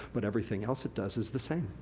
but everything else it does is the same.